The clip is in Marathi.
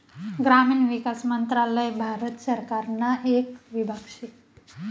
ग्रामीण विकास मंत्रालय भारत सरकारना येक विभाग शे